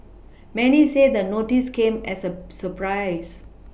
many say the notice came as a surprise